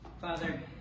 Father